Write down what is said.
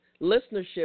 listenership